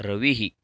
रविः